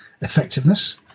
effectiveness